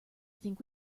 think